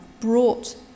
brought